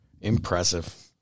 Impressive